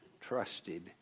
trusted